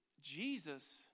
Jesus